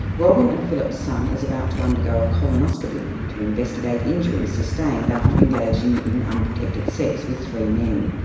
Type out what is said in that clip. robyn and phillip's son is about to undergo a colonoscopy to investigate injuries sustained after engaging in unprotected sex with three men.